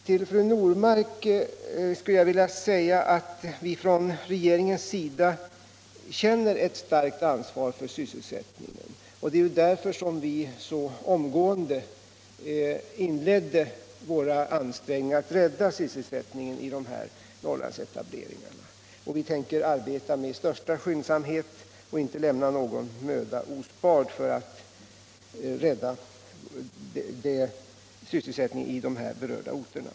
Till fru Normark vill jag säga att vi från regeringens sida känner starkt ansvar för sysselsättningen. Det är ju därför som vi omedelbart gjorde ansträngningar att bevara sysselsättningen vid dessa Norrlandsetableringar. Vi tänker arbeta med största skyndsamhet och inte spara någon möda för att rädda sysselsättningen i de här berörda orterna.